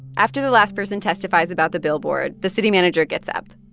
after the last person testifies about the billboard, the city manager gets up,